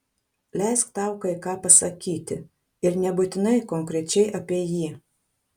leisk tau kai ką pasakyti ir nebūtinai konkrečiai apie jį